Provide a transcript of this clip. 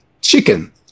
Chicken